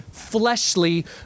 fleshly